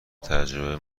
تجربه